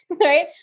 right